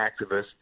activists